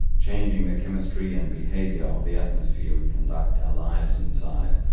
changing the chemistry and behaviour of the atmosphere we conduct our lives inside.